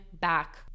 back